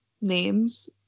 names